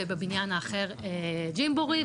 בבניין אחר ג'ימבורי,